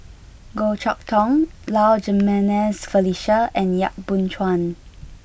Goh Chok Tong Low Jimenez Felicia and Yap Boon Chuan